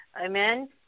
Amen